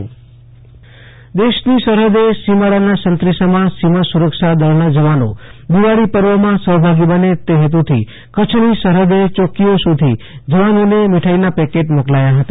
Ashutosh Antani Kutch સરહદે દિવાળી દેશની સરહદે સીમાડાના સંત્રી સમા સીમા સુરક્ષા દળના જવાનો દિવાળી પર્વમાં સહભાગી બને તે હેતુથી કચ્છની સરહદે ચોકીઓ સુધી જવાનોને મીઠાઈના પેકેટ મોકલાયા હતા